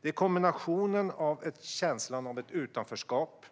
Det är kombinationen av känslan av utanförskap,